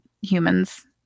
humans